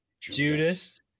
Judas